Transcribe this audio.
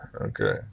Okay